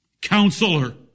Counselor